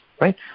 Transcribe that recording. right